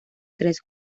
tres